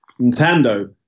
Nintendo